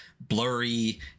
blurry